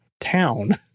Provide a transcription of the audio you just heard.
town